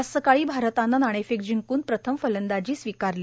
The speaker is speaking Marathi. आज सकाळी भारतानं नाणेफेक जिंकून प्रथम फलंदाजी स्वीकारली